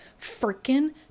freaking